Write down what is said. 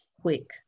quick